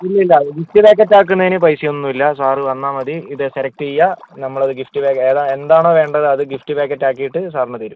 ഇല്ല ഇല്ല gift packet ആക്കുന്നതിന് പൈസ ഒന്നുമില്ല സാറ് വന്നാൽ മതി ഇത് സെലക്ട് ചെയ്യാം നമ്മളത് ഗിഫ്റ് പാക്കറ്റ് എന്താണോ വേണ്ടത് അത് ഗിഫ്റ് പാക്കറ്റ് ആക്കിയിട്ട് സാറിന് തരും